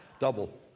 Double